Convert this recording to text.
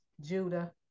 Judah